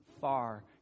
far